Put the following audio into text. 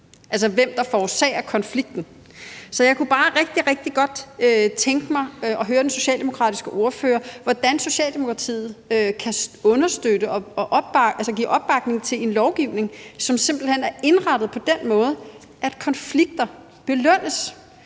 altså hvem der forårsager konflikten. Så jeg kunne bare rigtig, rigtig godt tænke mig at høre den socialdemokratiske ordfører, hvordan Socialdemokratiet kan understøtte og give opbakning til en lovgivning, som simpelt hen er indrettet på den måde, at konflikter belønnes.